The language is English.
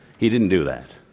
he didn't do that,